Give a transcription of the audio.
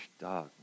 dog